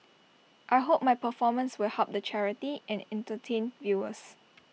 I hope my performance will help the charity and entertain viewers